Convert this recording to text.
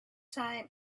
time